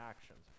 actions